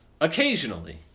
Occasionally